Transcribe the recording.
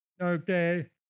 okay